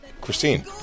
Christine